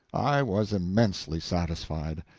i was immensely satisfied.